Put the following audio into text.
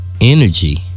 energy